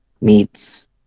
meets